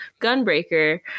gunbreaker